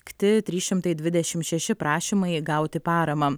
kti trys šimtai dvidešim šeši prašymai gauti paramą